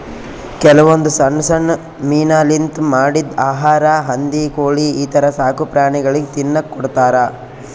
ಕೆಲವೊಂದ್ ಸಣ್ಣ್ ಸಣ್ಣ್ ಮೀನಾಲಿಂತ್ ಮಾಡಿದ್ದ್ ಆಹಾರಾ ಹಂದಿ ಕೋಳಿ ಈಥರ ಸಾಕುಪ್ರಾಣಿಗಳಿಗ್ ತಿನ್ನಕ್ಕ್ ಕೊಡ್ತಾರಾ